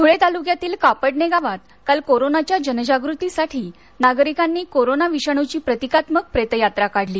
धुळे तालुक्यातील कापडणे गावात काल कोरोनाच्या जनजागृतीसाठी नागरिकांनी कोरोना विषाणुची प्रतिकात्मक प्रेतयात्रा काढली